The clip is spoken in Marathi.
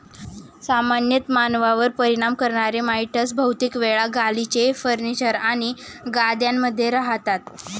सामान्यतः मानवांवर परिणाम करणारे माइटस बहुतेक वेळा गालिचे, फर्निचर आणि गाद्यांमध्ये रहातात